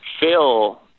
Phil